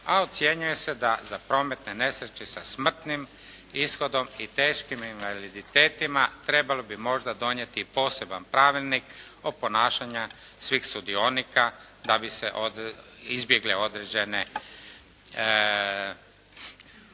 a ocjenjuje se da za prometne nesreće sa smrtnim ishodom i teškim invaliditetima trebalo bi možda donijeti i posebni pravilnik i ponašanju svih sudionika da bi se izbjegle određena